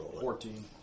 Fourteen